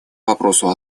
вопросу